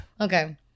Okay